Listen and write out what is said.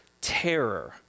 terror